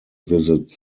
visit